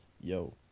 yo